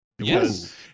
Yes